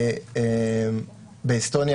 באסטוניה